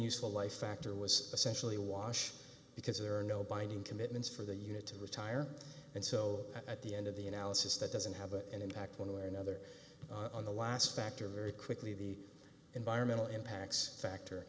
useful life factor was essentially a wash because there are no binding commitments for the unit to retire and so at the end of the analysis that doesn't have an impact one way or another on the last factor very quickly the environmental impacts factor